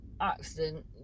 accident